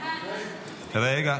זה הסיבוב השני.